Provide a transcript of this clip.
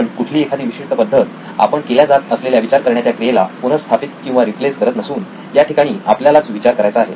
पण कुठली एखादी विशिष्ट पद्धत आपण केल्या जात असलेल्या विचार करण्याच्या क्रियेला पुनर्स्थापित किंवा रिप्लेस करत नसून याठिकाणी आपल्यालाच विचार करायचा आहे